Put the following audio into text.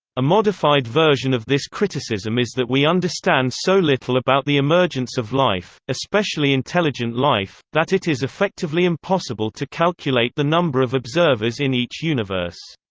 a modified version of this criticism is that we understand so little about the emergence of life, especially intelligent life, that it is effectively impossible to calculate the number of observers in each universe.